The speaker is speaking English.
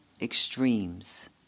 extremes